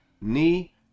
knee